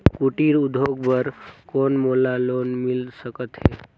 कुटीर उद्योग बर कौन मोला लोन मिल सकत हे?